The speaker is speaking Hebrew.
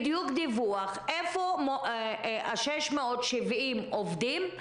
הזה דיווח בדיוק איפה ה-670 עובדים,